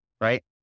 right